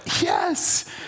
yes